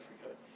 Africa